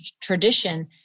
tradition